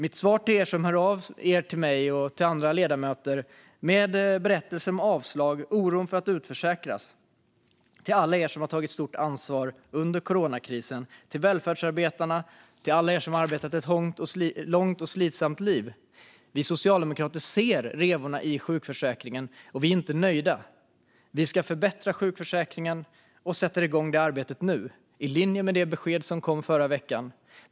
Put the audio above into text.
Mitt svar till er som hör av er till mig och till andra ledamöter med berättelser om avslag och oro för att utförsäkras, till alla er som har tagit stort ansvar under coronakrisen, till välfärdsarbetarna och till alla er som har arbetat ett långt och slitsamt liv är att vi socialdemokrater ser revorna i sjukförsäkringen, och vi är inte nöjda. Vi ska förbättra sjukförsäkringen och sätta igång detta arbete nu i linje med det besked som kom förra veckan.